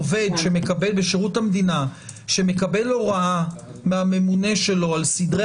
עובד בשירות המדינה שמקבל הוראה מהממונה שלו על סדרי